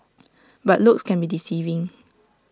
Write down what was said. but looks can be deceiving